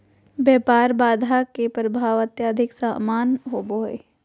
व्यापार बाधा के प्रभाव अत्यधिक असमान होबो हइ